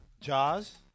Jaws